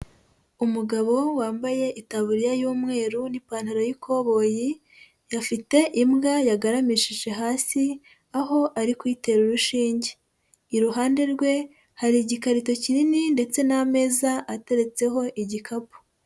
Umugabo wambaye itaburiya y'umweru n'ipantaro y'ikoboyi, afite imbwa yagaramishije hasi aho ari kuyitera urushinge. Iruhande rwe hari igikarito kinini ndetse n'ameza ateretseho igikapu.